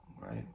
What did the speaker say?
right